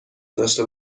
داشته